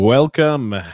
Welcome